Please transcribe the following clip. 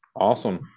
Awesome